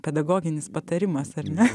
pedagoginis patarimas ar ne